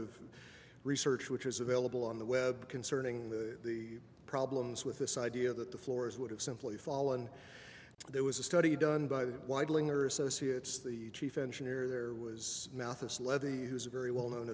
of research which is available on the web concerning the the problems with this idea that the floors would have simply fallen there was a study done by the wide linger associates the chief engineer there was mathis levy who is a very well known